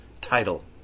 title